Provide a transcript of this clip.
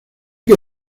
que